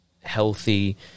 healthy